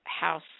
House